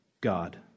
God